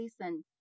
listen